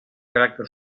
caràcter